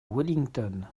wellington